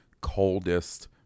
coldest